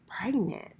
pregnant